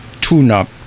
tune-up